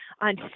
on